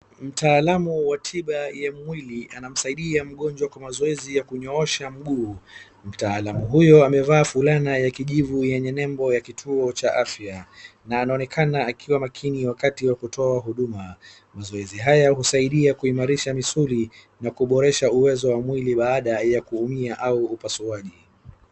Mtaalamu wa tiba ya mwili anamsaidia mgonjwa kwa mazoezi ya kunyoosha mguu. Mtaalamu huyo amevaa fulana ya kijivu yenye nembo ya kituo cha afya, na anaonekana akiwa makini wakati wa kutoa huduma. Mazoezi haya husaidia kuimarisha misuli na kuboresha uwezo wa mwili baada ya kuumia au upasuaji.